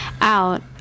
out